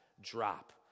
drop